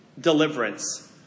deliverance